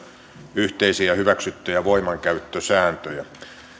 yhteisiä hyväksyttyjä voimankäyttösääntöjä